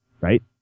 Right